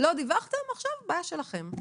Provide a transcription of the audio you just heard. לא דיווחתם, עכשיו הבעיה שלכם.